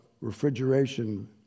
refrigeration